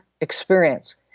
experience